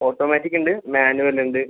automatic ഉണ്ട് manual ഉണ്ട്